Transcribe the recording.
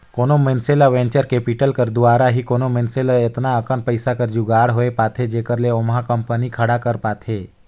कोनो मइनसे ल वेंचर कैपिटल कर दुवारा ही कोनो मइनसे ल एतना अकन पइसा कर जुगाड़ होए पाथे जेखर ले ओहा कंपनी खड़ा कर पाथे